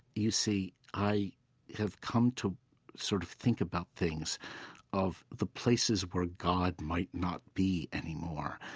you see, i have come to sort of think about things of the places where god might not be anymore.